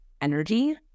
energy